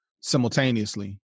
simultaneously